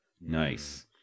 Nice